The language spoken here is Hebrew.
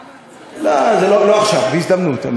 אבל למה, לא עכשיו, בהזדמנות.